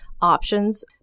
options